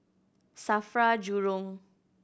SAFRA Jurong